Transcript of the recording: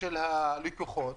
של הלקוחות,